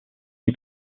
qui